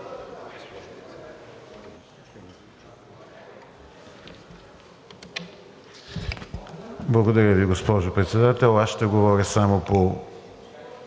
Благодаря Ви, госпожо Председател. Аз ще говоря само по